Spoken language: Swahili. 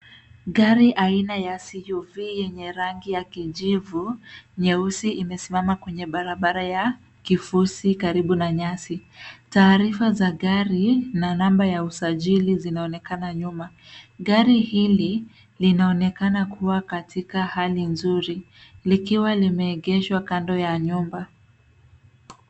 Gari aina ya CUV yenye rangi ya kijivu, nyeusi imesimama kwenye barabara ya kifusi, karibu na nyasi. Taarifa za gari na namba ya usajili zinaonekana nyuma. Gari hili linaonekana kuwa katika hali nzuri likiwa limeegeshwa kando ya nyumba.